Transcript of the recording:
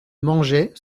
mangeaient